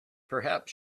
perhaps